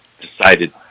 decided